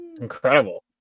Incredible